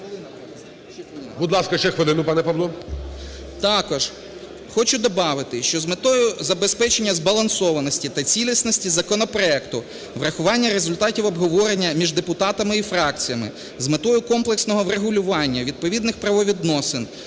Також хочу добавити, що з метою забезпечення збалансованості та цілісності законопроекту, врахування результатів обговорення між депутатами і фракціями, з метою комплексного врегулювання відповідних правовідносин